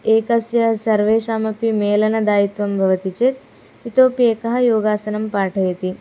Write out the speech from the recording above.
एकस्य सर्वेषामपि मेलनदायित्वं भवति चेत् इतोपि एकः योगासनं पाठयति